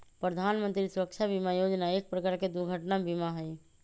प्रधान मंत्री सुरक्षा बीमा योजना एक प्रकार के दुर्घटना बीमा हई